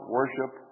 worship